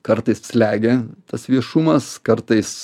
kartais slegia tas viešumas kartais